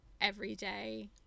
everyday